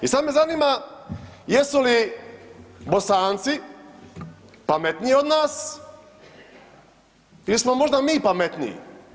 I sad me zanima jesu li Bosanci pametniji od nas ili smo možda mi pametniji?